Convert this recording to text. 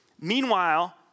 Meanwhile